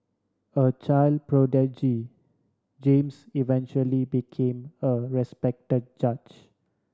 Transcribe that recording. a child prodigy James eventually became a respect judge